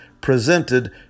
presented